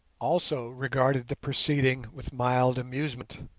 also regarded the proceeding with mild amusement.